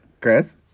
Chris